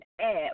add